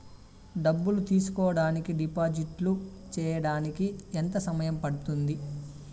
డబ్బులు తీసుకోడానికి డిపాజిట్లు సేయడానికి ఎంత సమయం పడ్తుంది